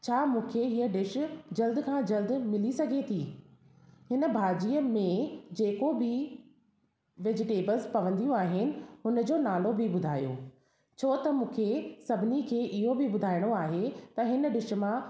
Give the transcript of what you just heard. छा मूंखे हीअ डिश जल्द खां जल्द मिली सघे थी हिन भाॼीअ में जेको बि वेजीटेबल्स पवंदियूं आहिनि उनजो नालो बि ॿुधायो छो त मूंखे सभिनी खे इहो बि ॿुधाइणो आहे त हिन डिश मां